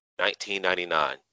1999